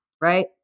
Right